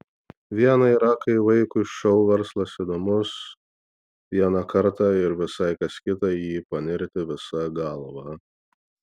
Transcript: viena yra kai vaikui šou verslas įdomus vieną kartą ir visai kas kita į jį panirti visa galva